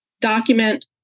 document